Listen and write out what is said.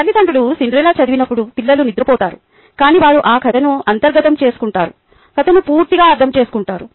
తల్లిదండ్రులు సిండ్రెల్లా చదివినప్పుడు పిల్లలు నిద్రపోతారు కాని వారు ఆ కధను అంతర్గతం చేసుకుంటారు కథను పూర్తిగా అర్థం చేసుకుంటారు